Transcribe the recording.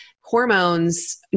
hormones